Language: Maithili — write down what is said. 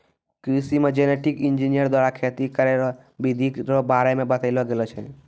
कृषि मे जेनेटिक इंजीनियर द्वारा खेती करै रो बिधि रो बारे मे बतैलो गेलो छै